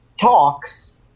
talks